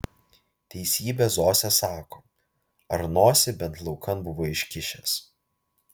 teisybę zosė sako ar nosį bent laukan buvai iškišęs